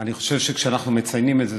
אני חושב שכשאנחנו מציינים את זה,